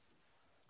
אני